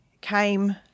came